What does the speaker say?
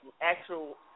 actual